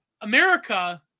america